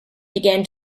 began